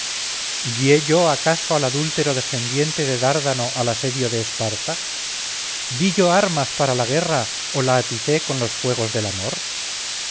guié yo acaso al adúltero descendiente de dárdano al asedio de esparta di yo armas para la guerra o la aticé con los fuegos del amor